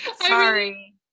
Sorry